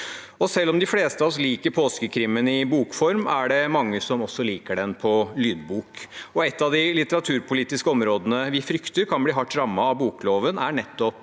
Selv om de fleste av oss liker påskekrim i bokform, er det mange som også liker den på lydbok, og et av de litteraturpolitiske områdene vi frykter kan bli hardt rammet av bokloven, er nettopp